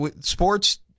sports